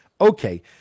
okay